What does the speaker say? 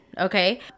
okay